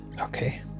Okay